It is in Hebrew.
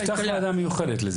לפתוח ועדה מיוחדת לזה.